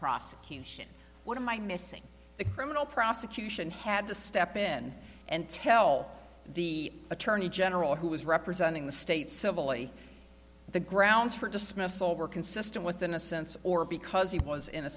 prosecution what am i missing the criminal prosecution had to step in and tell the attorney general who is representing the states the grounds for dismissal were consistent with in a sense or because he was in a